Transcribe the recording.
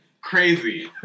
crazy